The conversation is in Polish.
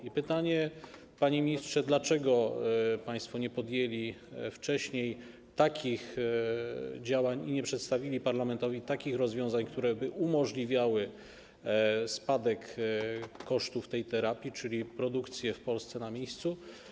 I pytanie, panie ministrze: Dlaczego państwo nie podjęli wcześniej takich działań i nie przedstawili parlamentowi takich rozwiązań, które by umożliwiały spadek kosztów tej terapii, czyli produkcji w Polsce, na miejscu?